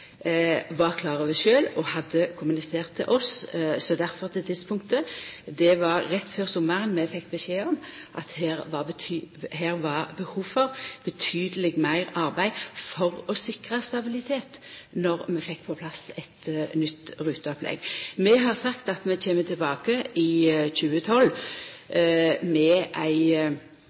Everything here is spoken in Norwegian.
var klar over sjølv og hadde kommunisert til oss. Difor til tidspunktet: Det var rett før sommaren vi fekk beskjed om at det var behov for betydeleg meir arbeid for å sikra stabilitet når vi får på plass eit nytt ruteopplegg. Vi har sagt at vi kjem tilbake i 2012 med ei